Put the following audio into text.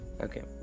Okay